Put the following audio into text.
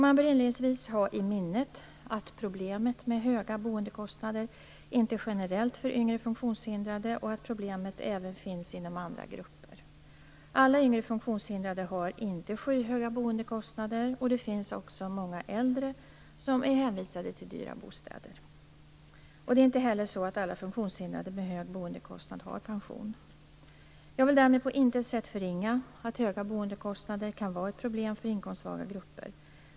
Man bör inledningsvis ha i minnet att problemet med höga boendekostnader inte är generellt för yngre funktionshindrade och att problemet även finns inom andra grupper. Alla yngre funktionshindrade har inte skyhöga boendekostnader, och det finns också många äldre som är hänvisade till dyra bostäder. Det är inte heller så att alla funktionshindrade med hög boendekostnad har pension. Jag vill därmed på intet sätt förringa att höga boendekostnader kan vara ett problem för inkomstsvaga grupper.